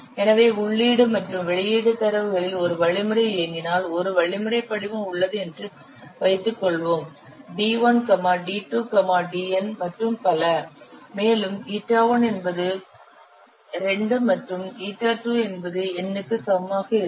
எனவே உள்ளீடு மற்றும் வெளியீட்டு தரவுகளில் ஒரு வழிமுறை இயங்கினால் ஒரு வழிமுறை படிவம் உள்ளது என்று வைத்துக்கொள்வோம் d1 d2 dn மற்றும் பல மேலும் η1 என்பது 2 மற்றும் η2 என்பது n க்கு சமமாக இருக்கும்